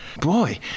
Boy